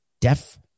deaf